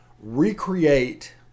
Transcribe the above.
recreate